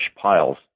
piles